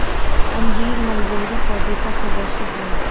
अंजीर मलबेरी पौधे का सदस्य है